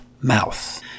mouth